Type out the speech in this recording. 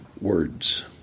words